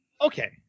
Okay